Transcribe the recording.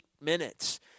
minutes